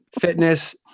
fitness